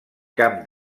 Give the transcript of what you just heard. camp